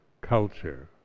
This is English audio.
culture